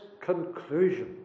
conclusion